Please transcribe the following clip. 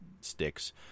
sticks